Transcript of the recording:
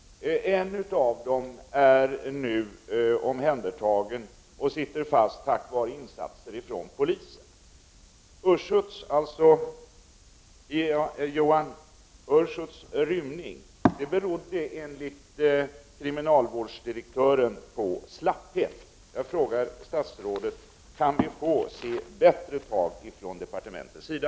En av dem är nu omhändertagen. Han har tagits fast tack vare polisens insatser. Ioan Ursuts rymning berodde enligt kriminalvårdsdirektören på slapphet. Jag frågar statsrådet: Kan vi få se en bättre fart när det gäller åtgärder från departementets sida?